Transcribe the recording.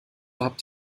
habt